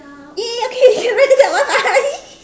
!yay! okay